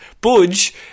Budge